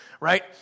right